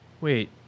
wait